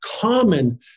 common